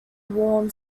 warm